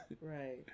right